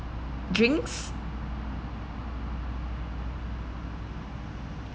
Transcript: drink